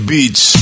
Beats